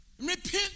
Repent